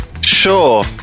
sure